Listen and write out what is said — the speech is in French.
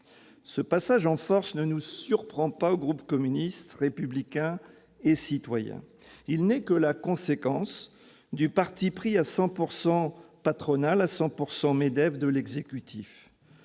Ce passage en force ne nous surprend pas au groupe communiste républicain et citoyen. Il n'est que la conséquence du parti pris à 100 % patronal, à 100 % MEDEF de l'exécutif